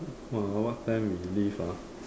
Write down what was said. uh what time we leave ah